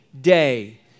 day